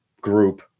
group